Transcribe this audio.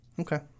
Okay